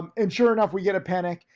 um and sure enough, we get a panic,